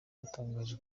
yatangaje